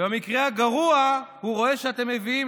ובמקרה הגרוע הוא רואה שאתם מביאים